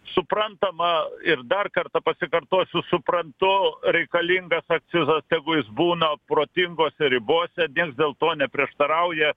suprantama ir dar kartą pasikartosiu suprantu reikalingas akcizas tegu jis būna protingose ribose vien dėl to neprieštarauja